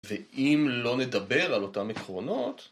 ואם לא נדבר על אותן עקרונות